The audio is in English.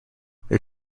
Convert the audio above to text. their